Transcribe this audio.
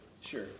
sure